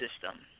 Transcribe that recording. system